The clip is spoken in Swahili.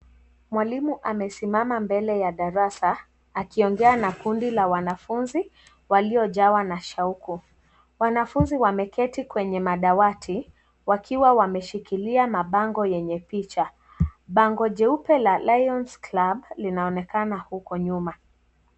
Mwalimu amesiamama mbele ya darasa akiongea na kundi la wnaafunzi walio jawa na shauku, wanafunzi wameketi kwenye madawati wakiwa wameshikilia mabango yenye picha, bango jeupe la Lions Club linaonekana huko nyuma.